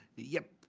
yep.